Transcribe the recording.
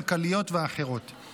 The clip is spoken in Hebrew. כלכליות ואחרות רבות.